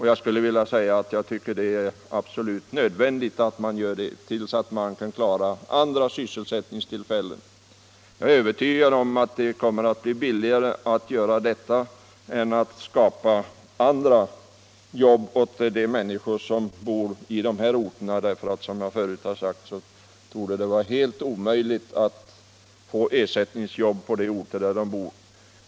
Jag anser att det är absolut nödvändigt att fortsätta driften tills man kan skaffa andra sysselsättningstillfällen. Jag är också övertygad om att det kommer att bli billigare att göra detta än att skapa andra jobb åt de människor som bor på de här orterna, för som jag redan har sagt torde det vara helt omöjligt att få ersättningsjobb där.